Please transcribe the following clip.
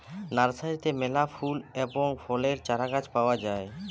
নার্সারিতে মেলা ফুল এবং ফলের চারাগাছ পাওয়া যায়